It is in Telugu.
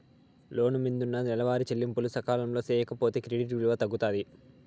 లోను మిందున్న నెలవారీ చెల్లింపులు సకాలంలో సేయకపోతే క్రెడిట్ విలువ తగ్గుతాది